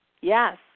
yes